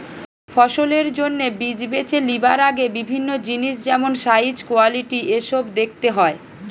ফসলের জন্যে বীজ বেছে লিবার আগে বিভিন্ন জিনিস যেমন সাইজ, কোয়ালিটি এসোব দেখতে হয়